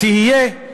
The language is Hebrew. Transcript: תהיה,